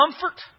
comfort